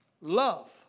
love